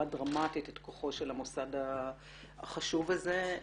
דרמטית את כוחו של המוסד החשוב הזה.